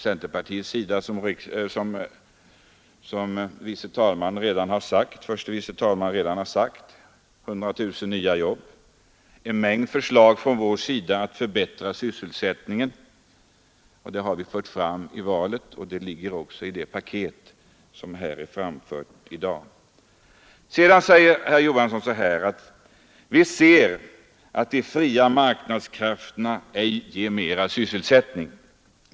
Centerpartiet har, som herr förste vice talmannen redan har sagt, arbetat för 100 000 nya jobb, och moderata samlingspartiet har under valrörelsen fört fram en mängd förslag i syfte att förbättra sysselsättningen, förslag som också ligger med i det paket vi diskuterar i dag. Herr Johansson sade vidare att vi ser att de fria marknadskrafterna inte ger mera sysselsättning.